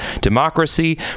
democracy